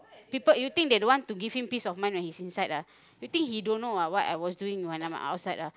people you think they don't want to give him peace of mind when he's inside ah you think he don't know ah what I was doing when I'm outside